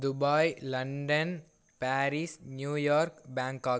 Dubai London Paris New York Bangkok